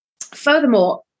furthermore